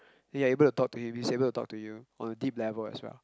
then you are able to talk to him he is able to talk to you on a deep level as well